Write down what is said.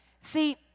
See